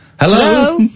hello